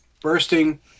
bursting